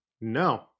no